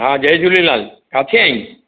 हा जय झूलेलाल किते आईं